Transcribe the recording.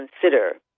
consider